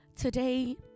Today